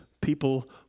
people